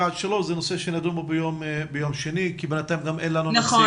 עד שלוש כי בינתיים גם אין לנו --- נכון,